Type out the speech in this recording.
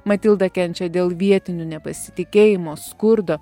matilda kenčia dėl vietinių nepasitikėjimo skurdo